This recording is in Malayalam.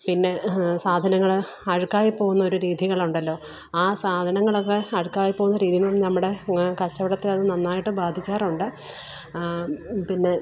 പിന്നെ സാധങ്ങൾ അഴുക്കായി പോവുന്ന ഒരു രീതികളുണ്ടല്ലോ ആ സാധനങ്ങളൊക്കെ അഴുക്കായി പോവുന്ന രീതിയിൽ നമ്മുടെ കച്ചവടത്തെ അത് നന്നായിട്ട് ബാധിക്കാറുണ്ട് പിന്നെ